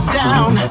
down